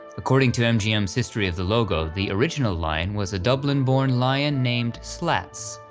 according to mgm's history of the logo, the original lion was a dublin born lion named slats.